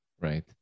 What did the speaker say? Right